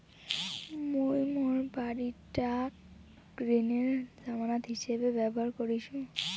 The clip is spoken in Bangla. মুই মোর বাড়িটাক ঋণের জামানত হিছাবে ব্যবহার করিসু